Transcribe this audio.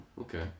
okay